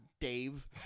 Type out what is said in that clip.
Dave